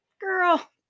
girl